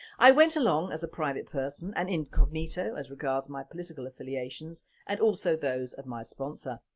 i went along as a private person and incognito as regards my political affiliations and also those of my sponsor.